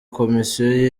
komisiyo